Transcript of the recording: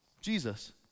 Jesus